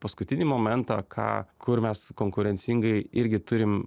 paskutinį momentą ką kur mes konkurencingai irgi turim